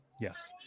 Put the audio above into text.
yes